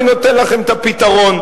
אני נותן לכם את הפתרון,